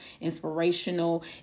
inspirational